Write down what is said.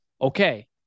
okay